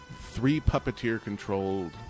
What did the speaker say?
three-puppeteer-controlled